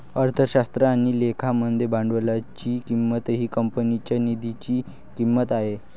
अर्थशास्त्र आणि लेखा मध्ये भांडवलाची किंमत ही कंपनीच्या निधीची किंमत आहे